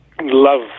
love